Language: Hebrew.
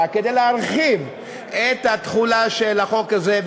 כדי להרחיב את התחולה של החוק הזה,